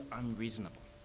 unreasonable